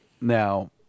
now